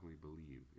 believe